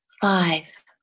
Five